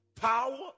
Power